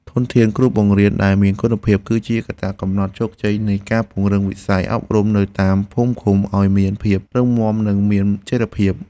ធនធានគ្រូបង្រៀនដែលមានគុណភាព គឺជាកត្តាកំណត់ជោគជ័យនៃការពង្រឹងវិស័យអប់រំនៅតាមភូមិឃុំឱ្យមានភាពរឹងមាំនិងមានចីរភាព។